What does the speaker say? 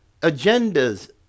Agendas